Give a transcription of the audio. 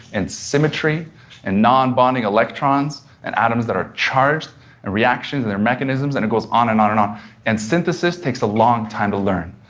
and symmetry and non-bonding electrons, and atoms that are charged, and reactions and their mechanisms, and it goes on and on and on, and synthesis takes a long time to learn.